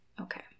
Okay